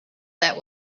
that